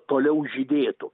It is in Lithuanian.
toliau žydėtų